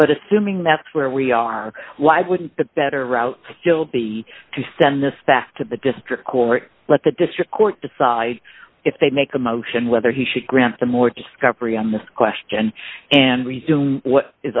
but assuming that's where we are why would the better route still be to send the staff to the district court let the district court decide if they make a motion whether he should grant them or discovery on this question and